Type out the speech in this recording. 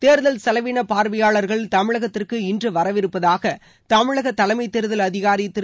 தேர்தல் செலவீனப் பார்வையாளர்கள் தமிழகத்திற்கு இன்று வரவிருப்பதாக தமிழக தலைமை தேர்தல் அதிகாரி திரு